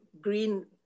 green